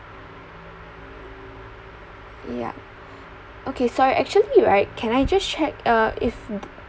yup okay sorry actually right can I just check uh if